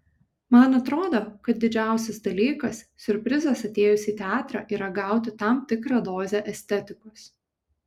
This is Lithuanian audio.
man atrodo kad didžiausias dalykas siurprizas atėjus į teatrą yra gauti tam tikrą dozę estetikos